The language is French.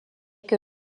que